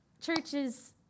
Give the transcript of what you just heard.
churches